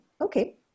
okay